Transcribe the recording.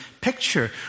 picture